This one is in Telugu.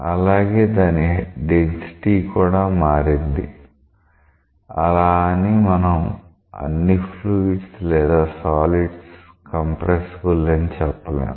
అలాగే దాని డెన్సిటీ కూడా మారింది ఆలా అని మనం అన్ని ఫ్లూయిడ్స్ లేదా సాలీడ్స్ కంప్రెసిబుల్ అని చెప్పలేం